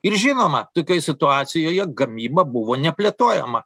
ir žinoma tokioj situacijoje gamyba buvo neplėtojama